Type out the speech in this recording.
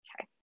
Okay